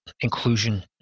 inclusion